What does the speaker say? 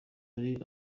ari